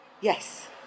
Yes